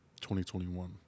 2021